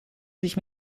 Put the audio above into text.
sich